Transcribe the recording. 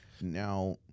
Now